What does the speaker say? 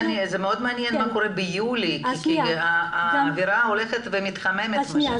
מאוד מעניין מה קורה ביולי כי האווירה הולכת ומתחממת מה שנקרא.